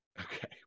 okay